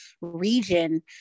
region